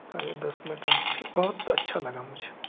पहले दस मिनट रहा फिर बहुत अच्छा लगा मुझे